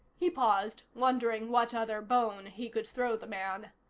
he paused, wondering what other bone he could throw the man.